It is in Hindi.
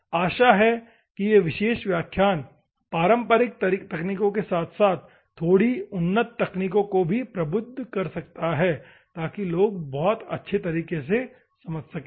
आशा है यह विशेष व्याख्यान पारंपरिक तकनीकों के साथ साथ थोड़ी उन्नत तकनीकों को भी प्रबुद्ध कर सकता है ताकि लोग बहुत अच्छे तरीके से समझ सकें